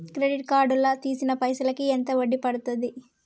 Credit card లా తీసిన పైసల్ కి ఎంత వడ్డీ పండుద్ధి?